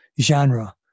genre